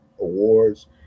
Awards